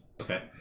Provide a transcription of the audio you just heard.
Okay